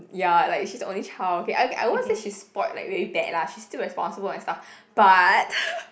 ya like she's the only child okay I I won't say she's spoilt like very bad lah she's still responsible and stuff but